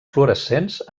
fluorescents